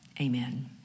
amen